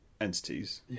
entities